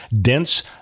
dense